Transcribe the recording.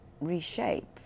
reshape